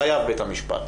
חייב בית המשפט,